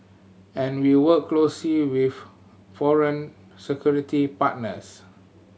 and we work closely with foreign security partners